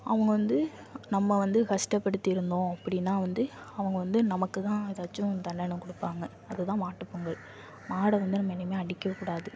அவங்க வந்து நம்ம வந்து கஷ்டப்படுத்திருந்தோம் அப்படின்னா வந்து அவங்க வந்து நமக்குதான் எதாச்சும் தண்டனை கொடுப்பாங்க அதுதான் மாட்டுப்பொங்கல் மாடை வந்து நம்ம இனிமேல் அடிக்க கூடாது